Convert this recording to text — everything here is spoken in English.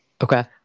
Okay